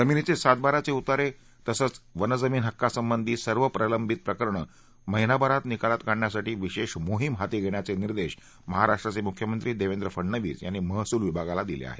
जमिनीचे सात बाराचे उतारे तसंच वन जमीन हक्कांसंबंधी सर्व प्रलंबित प्रकरणं महिनाभरात निकालात काढण्यासाठी विशेष मोहिम हाती धेण्याचे निर्देश महाराष्ट्राचे मुख्यमंत्री देवेंद्र फ िंवीस यांनी महसूल विभागाला दिले आहेत